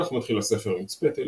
כך מתחיל הספר מיץ פטל,